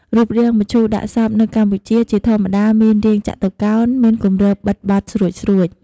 រូបរាងមឈូសដាក់សពនៅកម្ពុជា ជាធម្មតាមានរាងចតុកោណមានគម្របបិទបត់ស្រួចៗ។